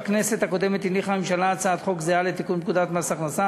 בכנסת הקודמת הניחה הממשלה הצעת חוק זהה לתיקון פקודת מס הכנסה,